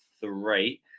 three